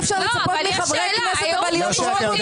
אי אפשר לצפות מחברי הכנסת להיות רובוטים.